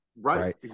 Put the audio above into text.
Right